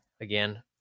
again